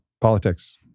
Politics